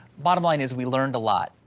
bottom line is we learned a lot.